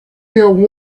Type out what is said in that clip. till